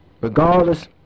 regardless